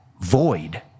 void